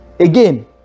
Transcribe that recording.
Again